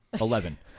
Eleven